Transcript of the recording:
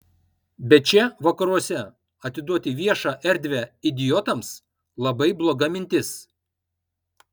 bet čia vakaruose atiduoti viešą erdvę idiotams labai bloga mintis